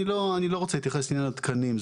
אני לא רוצה להתייחס לעניין התקנים.